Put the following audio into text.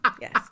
yes